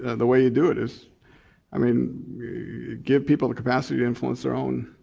the way you do it is i mean give people the capacity to influence their own.